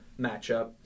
matchup